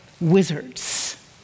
wizards